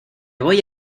voy